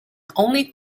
only